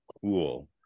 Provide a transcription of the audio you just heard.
Cool